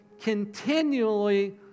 continually